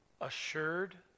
assured